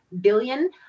billion